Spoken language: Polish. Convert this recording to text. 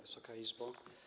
Wysoka Izbo!